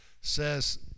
says